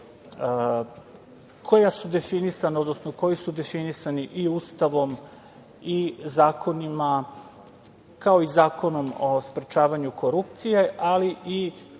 obaveza i dužnosti, koji su definisani i Ustavom i zakonima, kao i Zakonom o sprečavanju korupcije, ali i